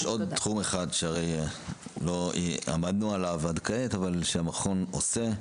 יש עוד תחום אחד שלא עמדנו עליו עד כעת אבל שהמכון עושה,